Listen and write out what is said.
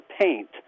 paint